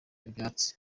ibyatsi